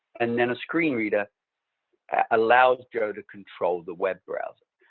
and then a screen reader allows joe to control the web browser.